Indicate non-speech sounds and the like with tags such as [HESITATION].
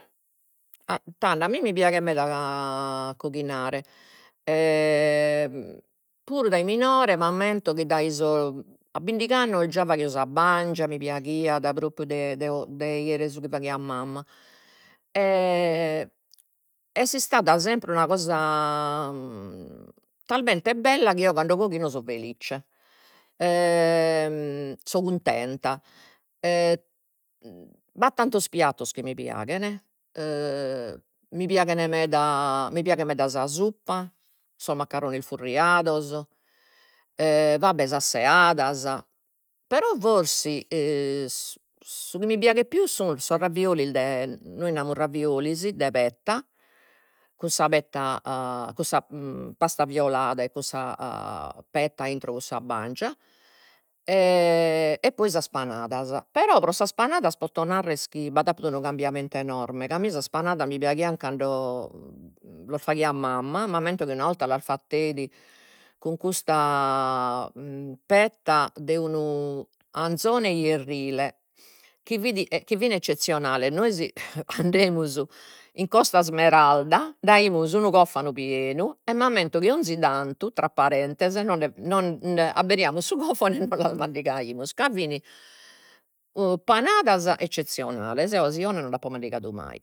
A tando a mie mi piaghet meda [HESITATION] a coghinare [HESITATION] puru dai minore m'ammento chi dai sa, a bindigh'annos già faghio sa bangia, mi piaghiat propriu de de o de 'idere su chi faghiat mamma [HESITATION] est istada sempre una cosa [HESITATION] talmente bella chi eo cando coghino so felice, [HESITATION] so cuntenta, e b'at tantos piattos chi mi piaghen [HESITATION] mi piaghen meda mi piaghet meda sa suppa, sos maccarrones furriados [HESITATION] va bè sas seadas, però forsis su su chi mi piaghet pius sun sos raviolos de, nois namus raviolos de petta, cun sa petta [HESITATION] cun sa pasta violada e cun sa [HESITATION] petta intro cun sa bangia [HESITATION] e poi sas panadas, però pro sas panadas poto narrer chi b'at appidu unu cambiamentu enorme, ca a mie sas panadas mi piaghian cando las faghiat mamma, m'ammento chi una 'olta las fateit cun custa [HESITATION] petta de unu anzone ierrile chi fit e chi fin eccezzionales, nois [LAUGHS] andemus in Costa Smeralda, nd'aimus unu cofanu pienu e m'ammento chi 'onzi tantu, tra parentes, nonde, nonde aberiamus su cofanu, e nos las mandigaimus ca fin [HESITATION] panadas eccezzionales, eo panadas 'asi 'onas nond'apo mandigadu mai